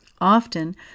Often